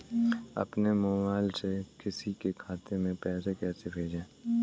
अपने मोबाइल से किसी के खाते में पैसे कैसे भेजें?